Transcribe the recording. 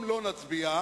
בבקשה.